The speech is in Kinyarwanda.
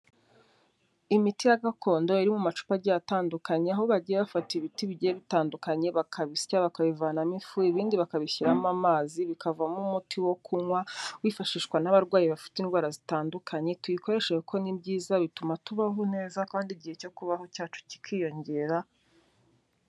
Imiti ya gakondo iri mu macupa agiye atandukanye aho bagiye bafata ibiti bigiye bitandukanye, bakabisya, bakabivanamo ifu, ibindi bakabishyiramo amazi bikavamo umuti wo kunywa wifashishwa n'abarwayi bafite indwara zitandukanye, tuyikoreshe kuko ni byiza bituma tubaho neza kandi igihe cyo kubaho cyacu kikiyongera.